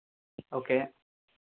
okay